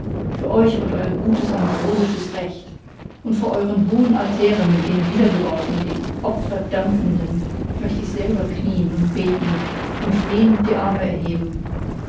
für euch und eur gutes ambrosisches recht und vor euren hohen altären den wiedergebauten den opferdampfenden möcht ich selber knieen und beten und flehend die arme erheben